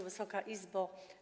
Wysoka Izbo!